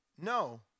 no